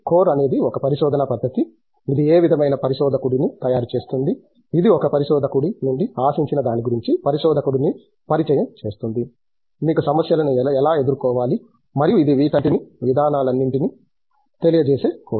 core అనేది ఒక పరిశోధనా పద్దతి ఇది ఏ విధమైన పరిశోధకుడిని తయారు చేస్తుంది ఇది ఒక పరిశోధకుడి నుండి ఆశించిన దాని గురించి పరిశోధకుడిని పరిచయం చేస్తుంది మీరు సమస్యలను ఎలా ఎదుర్కోవాలి మరియు ఇది వీటన్నింటినీ విధానాలన్నింటినీ తెలియచేసే కోర్సు